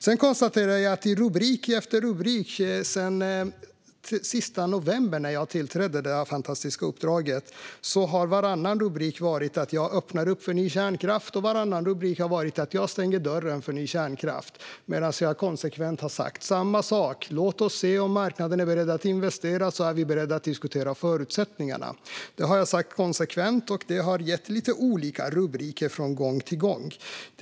Sedan jag tillträdde mitt fantastiska uppdrag den 30 november har jag kunnat konstatera att varannan rubrik har sagt att jag öppnar upp för ny kärnkraft och varannan rubrik att jag stänger dörren för ny kärnkraft. Men jag har konsekvent sagt samma sak: låt oss se om marknaden är beredd att investera - då är vi beredda att diskutera förutsättningarna. Detta har jag sagt konsekvent, och det har gett lite olika rubriker från gång till gång.